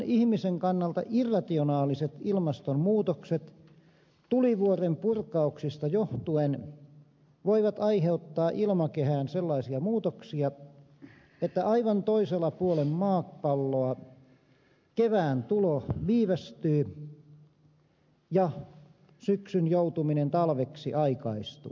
ihmisen kannalta aivan irrationaaliset ilmastonmuutokset tulivuorenpurkauksista johtuen voivat aiheuttaa ilmakehään sellaisia muutoksia että aivan toisella puolen maapalloa kevään tulo viivästyy ja syksyn joutuminen talveksi aikaistuu